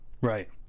Right